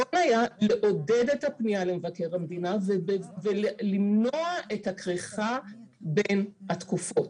נכון היה לעודד את הפנייה למבקר המדינה ולמנוע את הכריכה בין התקופות.